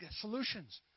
solutions